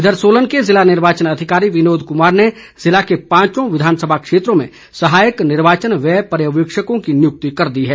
इधर सोलन के ज़िला निर्वाचन अधिकारी विनोद कुमार ने ज़िले के पांचों विधानसभा क्षेत्रों में सहायक निर्वाचन व्यय पर्यवेक्षकों की नियुक्ति कर दी है